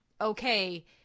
okay